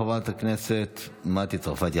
חברת הכנסת מטי צרפתי הרכבי.